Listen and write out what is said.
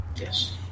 Yes